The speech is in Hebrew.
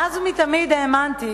מאז ומתמיד האמנתי